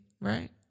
right